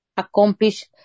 accomplish